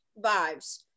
vibes